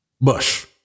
Bush